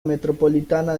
metropolitana